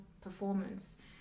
performance